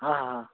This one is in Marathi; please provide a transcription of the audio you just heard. हां हां